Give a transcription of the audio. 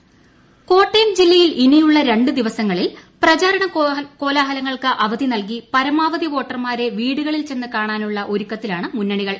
കോട്ടയം കോട്ടയം ജില്ലയിൽ ഇനിയുള്ള രണ്ട് ദിവസങ്ങളിൽ പ്രചരണ കോലാഹലങ്ങൾക്ക് അവധി നൽകി പരമാവധി വോട്ടർമാരെ വീടുകളിൽ ചെന്ന് കാണാനുള്ള ഒരുക്കത്തിലാണ് മുന്നണികൾ